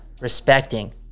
respecting